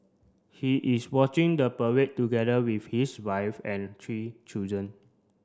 he is watching the parade together with his wife and three children